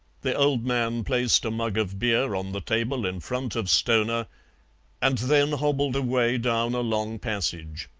the old man placed a mug of beer on the table in front of stoner and then hobbled away down a long passage.